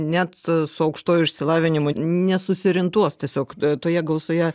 net su aukštuoju išsilavinimu nesusiorientuos tiesiog toje gausoje